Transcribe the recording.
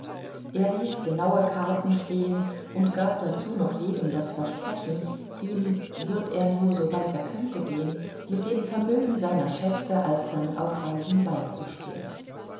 er ließ genaue karten stehen und gab dazu noch jedem das versprechen ihm würd er nur soweit er könnte gehn mit dem vermögen seiner schätze alsdann auf reisen beizustehn